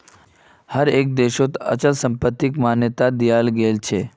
हर एक देशत अचल संपत्तिक मान्यता दियाल गेलछेक